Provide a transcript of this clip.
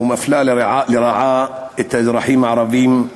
ומפלה לרעה את האזרחים הערבים.